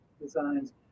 designs